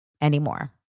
anymore